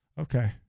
Okay